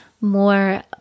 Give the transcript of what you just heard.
more